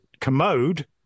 commode